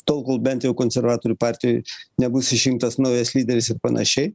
tol kol bent jau konservatorių partijoj nebus išrinktas naujas lyderis ir panašiai